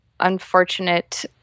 unfortunate